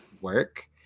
work